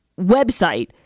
website